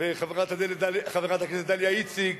חברת הכנסת דליה איציק,